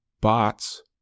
bots